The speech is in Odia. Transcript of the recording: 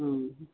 ହୁଁ